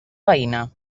veïna